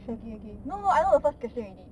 okay okay no I know the first question already